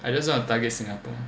I just want to target Singapore